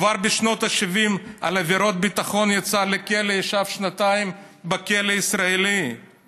כבר בשנות ה-70 הוא ישב שנתיים בכלא הישראלי על עבירות ביטחון.